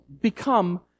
become